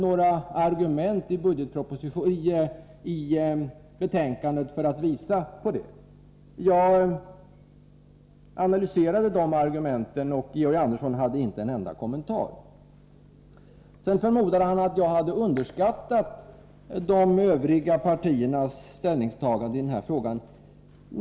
Han anför att man i betänkandet använt några argument för att visa detta. Jag analyserade de argumenten, men Georg Andersson hade inte en enda kommentar. Sedan förmodade han att jag hade underskattat de övriga partiernas ställningstaganden i den här frågan.